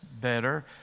better